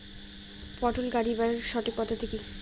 পটল গারিবার সঠিক পদ্ধতি কি?